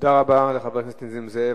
תודה רבה לחבר הכנסת נסים זאב.